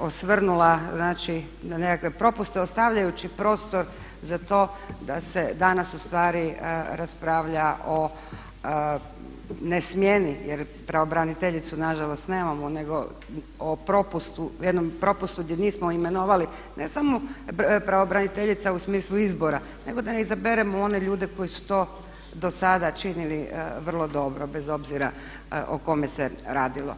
osvrnula znači na nekakve propuste ostavljajući prostor za to da se danas ustvari raspravlja o ne smjeni, jer pravobraniteljicu nažalost nemamo nego o propustu, jednom propustu gdje nismo imenovali ne samo pravobraniteljica u smislu izbora nego da izaberemo one ljude koji su to do sada činili vrlo dobro bez obzira o kome se radilo.